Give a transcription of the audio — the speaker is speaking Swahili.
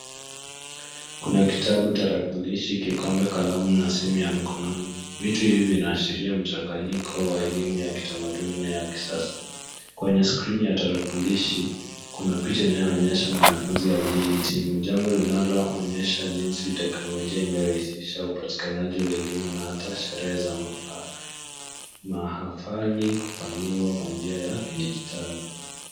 Kuna kitabu, tarakilishi, kikombe na simu ya mkononi. Vitu hivi vinaashiria mchanganyiko wa elimu ya kitamaduni na ya kisasa. Kwenye skrini ya tarakilishi kuna picha inayoonyesha mwanafunzi aliye hitimu, Jambo linaonyesha jinsi teknolojia imerahisisha upatikanaji wa elimu na hata sherehe za mafahali kufanyiwa kwa njia ya kidigitali.